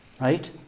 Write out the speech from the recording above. right